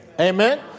Amen